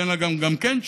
וגם כן,